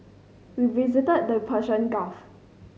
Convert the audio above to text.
we visited the Persian Gulf